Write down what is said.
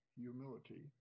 humility